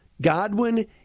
Godwin